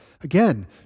Again